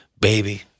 Baby